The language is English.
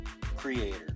creator